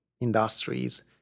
industries